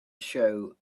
show